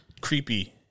creepy